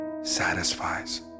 satisfies